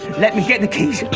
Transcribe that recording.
let me get the keys.